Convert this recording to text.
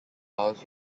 also